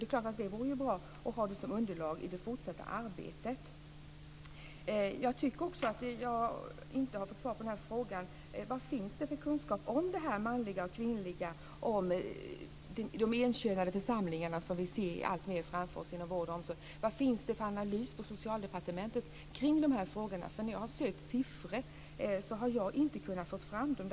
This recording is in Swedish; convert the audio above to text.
Det vore bra att ha analyser som underlag i det fortsatta arbetet. Jag har inte fått svar på frågan om vad det finns för kunskap om det manliga och kvinnliga och de enkönade församlingarna inom vård och omsorg. Vad finns det för analys på Socialdepartementet kring frågorna? Jag har sökt siffror, och jag har inte fått fram några.